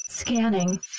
Scanning